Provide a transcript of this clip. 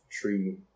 tree